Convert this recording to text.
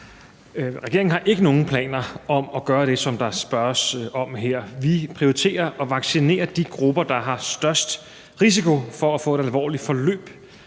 Regeringen har ikke nogen planer om at gøre det, som der spørges om her. Vi prioriterer og vaccinerer de grupper, hvor der er størst risiko for, at de får et alvorligt forløb